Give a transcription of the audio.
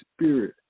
Spirit